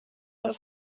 auf